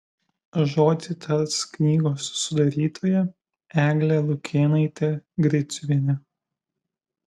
žodį tars knygos sudarytoja eglė lukėnaitė griciuvienė